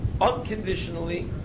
unconditionally